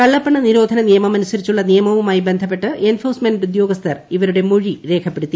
കള്ളപ്പണ നിരോധന നിയമമനുസരിച്ചുള്ള നിയമവുമായി ബന്ധപ്പെട്ട് എൻഫോഴ്സ്മെന്റ് ഉദ്യോഗസ്ഥർ ഇവരുടെ മൊഴി രേഖപ്പെടുത്തി